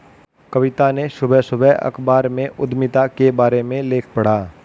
कविता ने सुबह सुबह अखबार में उधमिता के बारे में लेख पढ़ा